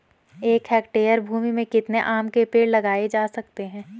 एक हेक्टेयर भूमि में कितने आम के पेड़ लगाए जा सकते हैं?